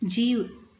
जीउ